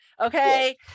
okay